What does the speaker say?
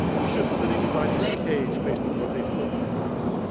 we shouldn't put anybody in a cage based on what they put in their mouths.